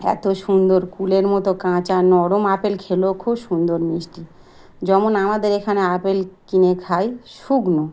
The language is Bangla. এত সুন্দর কুলের মতো কাঁচা নরম আপেল খেলে খুব সুন্দর মিষ্টি যেমন আমাদের এখানে আপেল কিনে খাই শুকনো